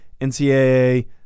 NCAA